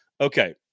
Okay